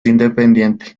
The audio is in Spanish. independiente